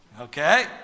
okay